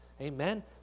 Amen